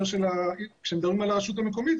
כשמדברים על הרשות המקומית,